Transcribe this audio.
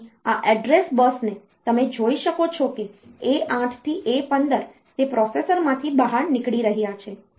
તેથી આ એડ્રેસ બસને તમે જોઈ શકો છો કે A8 થી A15 તે પ્રોસેસરમાંથી બહાર નીકળી રહ્યા છે